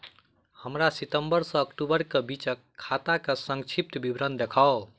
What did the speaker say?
हमरा सितम्बर सँ अक्टूबर केँ बीचक खाता केँ संक्षिप्त विवरण देखाऊ?